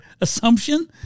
assumption